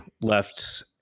left